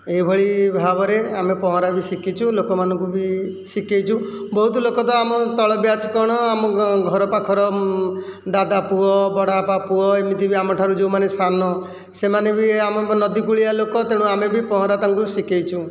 ଏହି ଭଳି ଭାବରେ ଆମେ ପହଁରା ବି ଶିଖିଛୁ ଲୋକମାନଙ୍କୁ ବି ଶିଖାଇଛୁ ବହୁତ ଲୋକ ତ ଆମ ତଳ ବ୍ୟାଚ କଣ ଆମ ଘର ପାଖର ଦାଦା ପୁଅ ବଡ଼ବାପା ପୁଅ ଇମିତି ବି ଆମଠାରୁ ଯେଉଁମାନେ ସାନ ସେମାନେ ବି ଆମେ ପା ନଦୀ କୁଳିଆ ଲୋକ ତେଣୁ ଆମେ ବି ପହଁରା ତାଙ୍କୁ ଶିଖାଇଛୁଁ